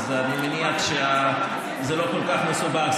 אז אני מניח שזה לא כל כך מסובך,